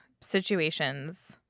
situations